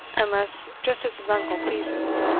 unless just as his uncle pleases